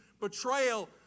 betrayal